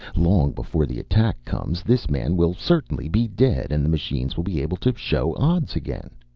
long before the attack comes this man will certainly be dead, and the machines will be able to show odds again.